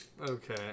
Okay